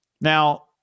Now